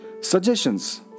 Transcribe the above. suggestions